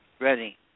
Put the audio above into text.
Ready